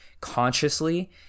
consciously